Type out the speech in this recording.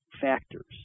factors